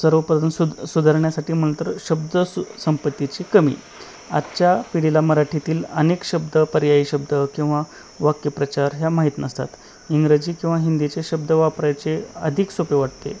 सर्वप्रथम सुद सुधारण्यासाठी म्हणून तर शब्द सु संपत्तीची कमी आजच्या पिढीला मराठीतील अनेक शब्द पर्यायी शब्द किंवा वाक्यप्रचार ह्या माहीत नसतात इंग्रजी किंवा हिंदीचे शब्द वापरायचे अधिक सोपे वाटते